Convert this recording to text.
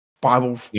Bible